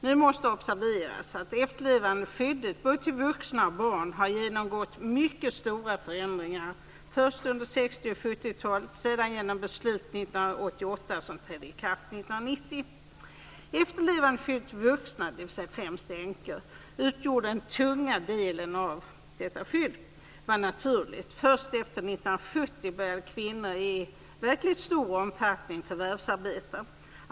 Man måste observera att efterlevandeskyddet för både vuxna och barn har genomgått mycket stora förändringar, först under 60-talet och 70-talet och sedan genom det beslut som fattades 1989 och trädde i kraft 1990. Efterlevandeskyddet för vuxna, dvs. främst änkor, utgjorde den tunga delen av detta skydd. Detta var naturligt. Först efter 1970 började kvinnor förvärvsarbeta i verkligt stor utsträckning.